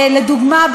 לדוגמה,